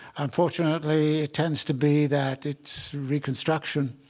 unfortunately, it tends to be that it's reconstruction